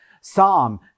Psalm